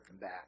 back